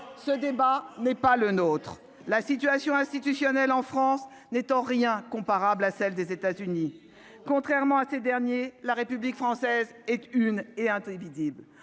ce débat n'est pas le nôtre, la situation institutionnelle en France n'est en rien comparable à celle des États-Unis, contrairement à ces derniers, la République française et une et interdit